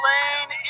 Lane